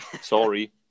Sorry